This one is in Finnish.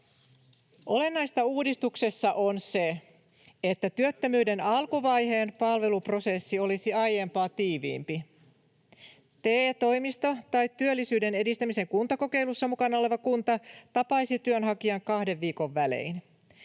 Olennaista uudistuksessa on se, että työttömyyden alkuvaiheen palveluprosessi olisi aiempaa tiiviimpi. TE-toimisto tai työllisyyden edistämisen kuntakokeilussa mukana oleva kunta tapaisi työnhakijan kahden viikon välein.